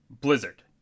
Blizzard